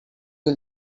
you